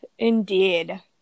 Indeed